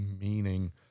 meaning